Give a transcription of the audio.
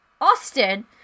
Austin